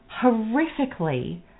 Horrifically